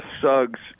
Suggs